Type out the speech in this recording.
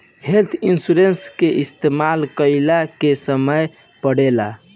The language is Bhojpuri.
हेल्थ इन्सुरेंस के इस्तमाल इलाज के समय में पड़ेला